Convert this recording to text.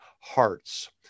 hearts